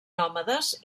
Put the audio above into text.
nòmades